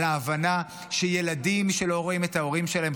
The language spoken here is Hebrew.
ההבנה שילדים שלא רואים את ההורים שלהם